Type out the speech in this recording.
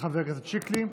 לחבר הכנסת שיקלי.